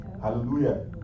Hallelujah